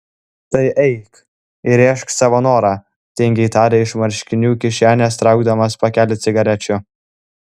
tai eik įrėžk savo norą tingiai tarė iš marškinių kišenės traukdamas pakelį cigarečių